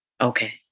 okay